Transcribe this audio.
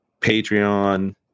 Patreon